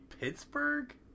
Pittsburgh